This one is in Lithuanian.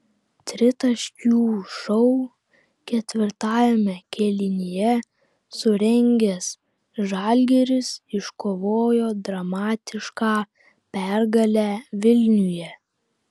tritaškių šou ketvirtajame kėlinyje surengęs žalgiris iškovojo dramatišką pergalę vilniuje